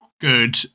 good